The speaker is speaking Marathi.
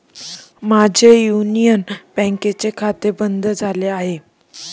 माझे युनियन बँकेचे खाते बंद झाले आहे